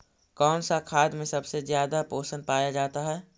कौन सा खाद मे सबसे ज्यादा पोषण पाया जाता है?